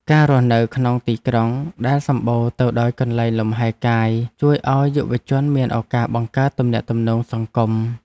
ការរស់នៅក្នុងទីក្រុងដែលសម្បូរទៅដោយកន្លែងលំហែកាយជួយឱ្យយុវជនមានឱកាសបង្កើតទំនាក់ទំនងសង្គម។